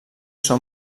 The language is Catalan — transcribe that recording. són